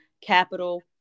capital